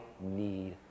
need